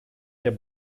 der